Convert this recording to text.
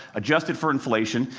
adjusted for inflation,